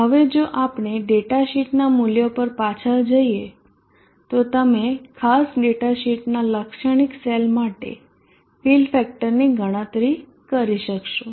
હવે જો આપણે ડેટા શીટના મૂલ્યો પર પાછા જઈએ તો તમે ખાસ ડેટા શીટનાં લાક્ષણિક સેલ માટે ફીલ ફેક્ટરની ગણતરી કરી શકશો